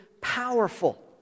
powerful